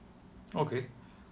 okay